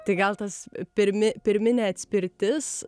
tai gal tas pirmi pirminė atspirtis